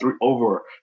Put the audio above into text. over